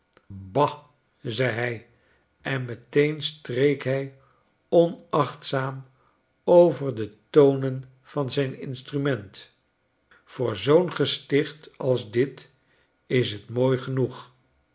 zei hy en meteen streek hij onachtzaam over de tonen van zijn instrument v o o r zoo'n gesticht als dit is t mooi genoeg